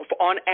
on